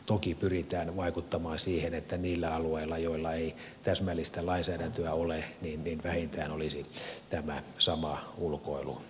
toki pyritään vaikuttamaan siihen että niillä alueilla joilla ei täsmällistä lainsäädäntöä ole niin vähintään olisi tämä sama ulkoilumahdollisuus